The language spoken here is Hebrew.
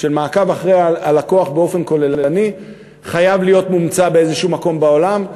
מעקב אחרי הלקוח באופן כוללני חייב להיות מומצא באיזשהו מקום בעולם.